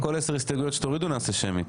על כל עשר הסתייגויות שתורידו נעשה שמית.